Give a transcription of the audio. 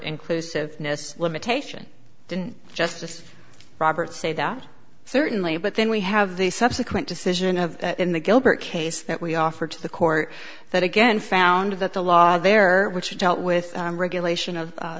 inclusive limitation didn't justice roberts say that certainly but then we have the subsequent decision of in the gilbert case that we offer to the court that again found that the law there which dealt with regulation of